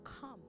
come